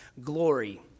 Glory